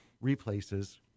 replaces